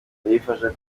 bibafasha